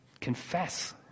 confess